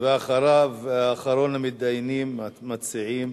ואחריו, אחרון המתדיינים, המציעים,